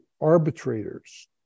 arbitrators